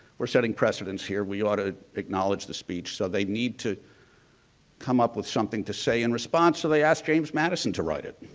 we're setting presidents here, we ought to acknowledge the speech. so, they need to come up with something to say in response. so, they asked james madison to write it.